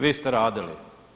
Vi ste radili.